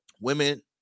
women